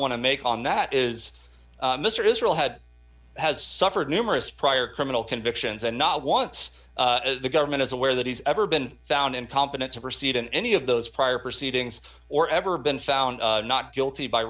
to make on that is mr izrael had has suffered numerous prior criminal convictions and not once the government is aware that he's ever been found and competent to proceed in any of those prior proceedings or ever been found not guilty by